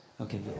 Okay